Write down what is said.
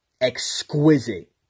exquisite